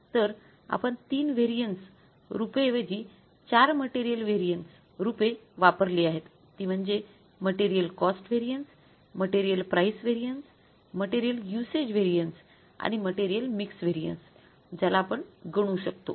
तर आपण ३ व्हेरिएन्स रूपे ऐवजी ४ मटेरियल व्हेरिएन्स व्हेरिएन्स रूपे वापरली आहेत ती म्हणजे material cost variance material price variance material use variance आणि मटेरियल मिक्स व्हेरिएन्स ज्याला आपण गणू शकतो